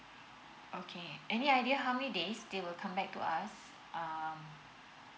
okay any idea how many days they will come back to us um